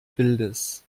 bildes